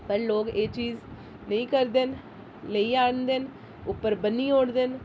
पर लोक एह् चीज नेईं करदे न लेइयै आह्नदे न उप्पर बन्नी ओड़दे न